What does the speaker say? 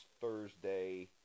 Thursday